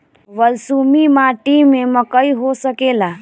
बलसूमी माटी में मकई हो सकेला?